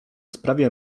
sprawia